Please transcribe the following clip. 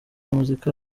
muzika